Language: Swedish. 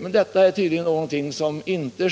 Men detta sker tydligen inte